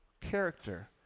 character